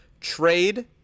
trade